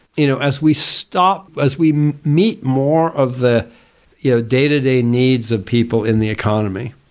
you know as we stop, as we meet more of the yeah day to day needs of people in the economy,